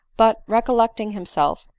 but, re collecting himself,